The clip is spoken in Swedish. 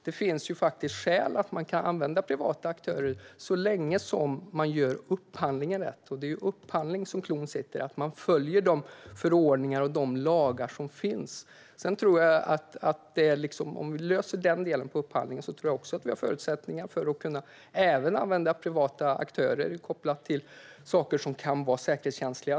Det finns faktiskt skäl till att man kan använda privata aktörer, så länge man gör upphandlingen rätt. Det är i upphandlingen som cloun sitter - att man följer de förordningar och lagar som finns. Om vi löser den delen av upphandlingen tror jag att vi har förutsättningar att använda privata aktörer även när det gäller saker som kan vara säkerhetskänsliga.